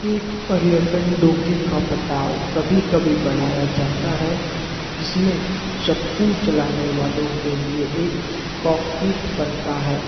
एक पर्यटन डोंगी का पटाव कभी कभी बढ़ाया जाता है जिस में चप्पू चलाने वालों के लिए एक कॉकपिट बनता है